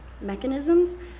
mechanisms